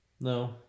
No